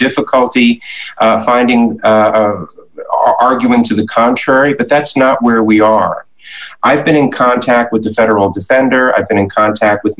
difficulty finding argument to the contrary but that's not where we are i've been in contact with the federal defender i've been in contact with